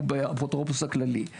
הוא באפוטרופוס הכללי.